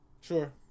Sure